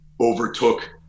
overtook